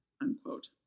unquote